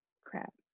crap